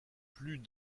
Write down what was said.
plus